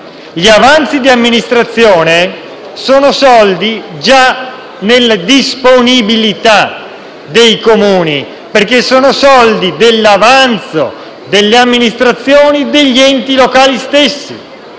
gli avanzi di amministrazione sono già nelle disponibilità dei Comuni, perché sono soldi degli avanzi di amministrazione degli enti locali stessi;